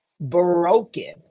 broken